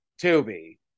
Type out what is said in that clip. Toby